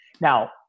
Now